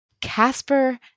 Casper